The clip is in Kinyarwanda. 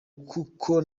kuko